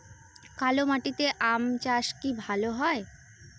কালো মাটিতে আম চাষ কি ভালো হয়?